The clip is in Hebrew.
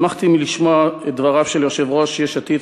שמחתי לשמוע את דבריו של יושב-ראש יש עתיד,